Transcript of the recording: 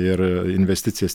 ir investicijas